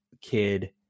kid